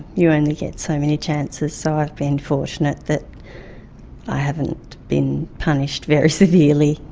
you only get so many chances, so i've been fortunate that i haven't been punished very severely,